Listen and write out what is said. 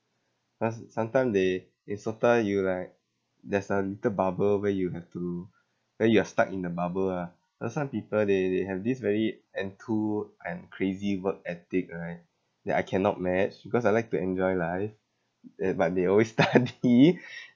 cause sometime they in SOTA you like there's a little bubble where you have to then you are stuck in the bubble ah uh some people they they have this very into and crazy work ethic right that I cannot match because I like to enjoy life uh but they always study